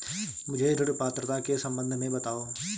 मुझे ऋण पात्रता के सम्बन्ध में बताओ?